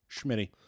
Schmitty